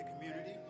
community